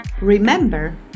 Remember